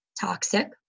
toxic